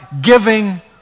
giving